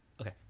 Okay